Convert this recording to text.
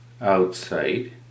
outside